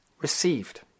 received